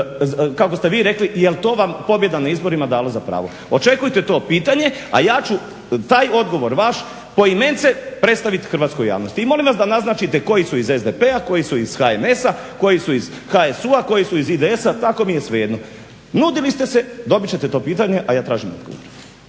kako ste vi rekli jer to vam je pobjeda na izborima dala za pravo. Očekujte to pitanje, a ja ću taj odgovor vaš poimence predstaviti hrvatskoj javnosti. I molim vas da naznačite koji su iz SDP-a, koji su iz HNS-a, koji su iz HSU-a, koji su iz IDS-a, tako mi je svejedno. Nudili ste se, dobit ćete to pitanje a ja tražim odgovor.